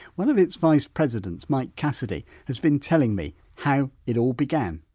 one of its vice-presidents mike cassidy has been telling me how it all began.